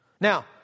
Now